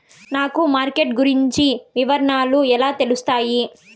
నాకు మార్కెట్ గురించి వివరాలు ఎలా తెలుస్తాయి?